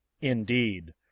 indeed